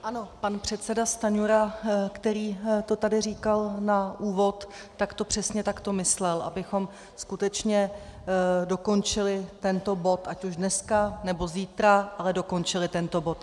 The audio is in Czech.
Ano, pan předseda Stanjura, který to tady říkal na úvod, to přesně takto myslel, abychom skutečně dokončili tento bod, ať už dneska, nebo zítra, ale dokončili tento bod.